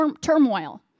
turmoil